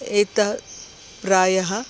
एतत् प्रायः